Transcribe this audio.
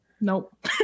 nope